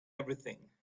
everything